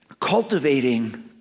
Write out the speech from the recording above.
cultivating